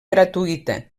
gratuïta